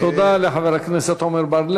תודה לחבר הכנסת עמר בר-לב.